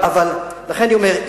לכן אני אומר,